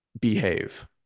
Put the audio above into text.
behave